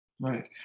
right